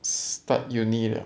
start uni 了